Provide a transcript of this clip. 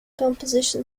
composition